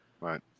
Right